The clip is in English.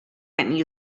getting